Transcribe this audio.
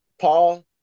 Paul